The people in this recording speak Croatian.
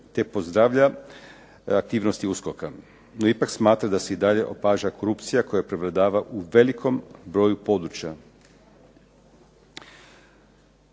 te pozdravlja aktivnosti USKOK-a, no ipak smatra da se i dalje opaža korupcija koja prevladava u velikom broju područja.